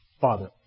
father